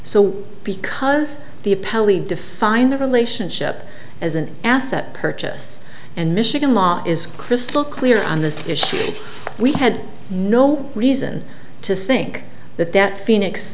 so because the appellee define the relationship as an asset purchase and michigan law is crystal clear on this issue we had no reason to think that that phoenix